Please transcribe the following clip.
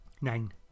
nine